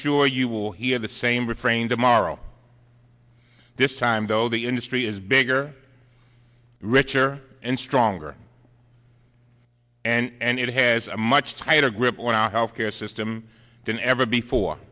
sure you will he have the same refrain tomorrow this time though the industry is bigger richer and stronger and it has a much tighter grip on our health care system than ever before